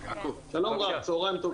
שלום רב, צהרים טובים.